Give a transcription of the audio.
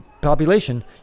population